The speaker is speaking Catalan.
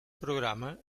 programa